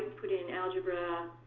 put in algebra,